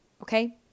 okay